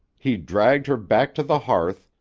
he dragged her back to the hearth,